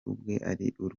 urwego